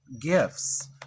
gifts